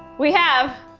we have,